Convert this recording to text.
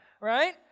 right